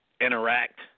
interact